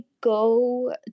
go